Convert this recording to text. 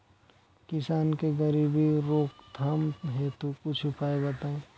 किसान के गरीबी रोकथाम हेतु कुछ उपाय बताई?